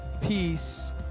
peace